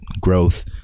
growth